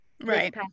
Right